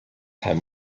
have